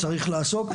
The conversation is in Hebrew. צריך לעשות,